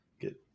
get